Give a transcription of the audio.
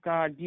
God